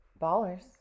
Ballers